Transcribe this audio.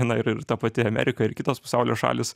na ir ir ta pati amerika ir kitos pasaulio šalys